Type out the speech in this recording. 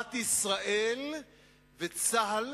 מדינת ישראל וצה"ל